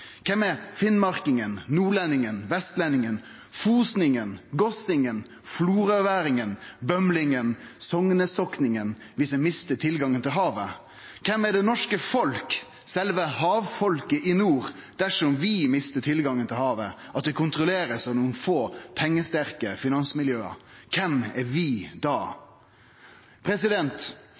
Kven er finnmarkingen, nordlendingen, vestlendingen, fosningen, gossingen, florøværingen, bømlingen, søgnesokningen, dersom ein mistar tilgangen til havet? Kven er det norske folket, sjølve havfolket i nord, dersom vi mistar tilgangen til havet, at det blir kontrollert av nokre få pengesterke finansmiljø? Kven er vi da?